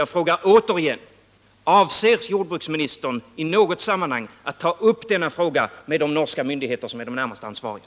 Jag frågar återigen: Avser jordbruksministern att i något sammanhang ta upp den här frågan med de norska myndigheter som är närmast ansvariga?